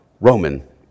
Roman